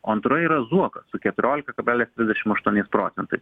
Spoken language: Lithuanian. o antroj yra zuokas su keturiolika kablelis trisdešim aštuoniais procentais